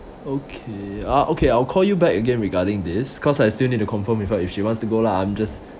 okay uh okay I'll call you back again regarding this cause I still need to confirm with her if she wants to go lah I'm just